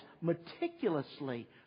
meticulously